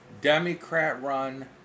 Democrat-run